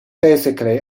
basically